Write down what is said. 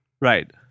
Right